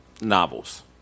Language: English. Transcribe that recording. novels